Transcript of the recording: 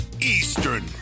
Eastern